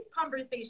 conversations